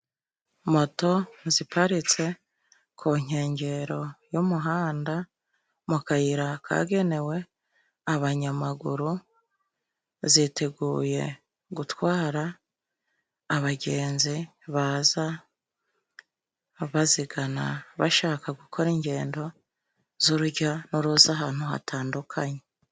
Moto ziparitse ku nkengero y'umuhanda, mu kayira kagenewe abanyamaguru. Ziteguye gutwara abagenzi baza bazigana, bashaka gukora ingendo z'urujya n'uruza ahantu hatandukanye.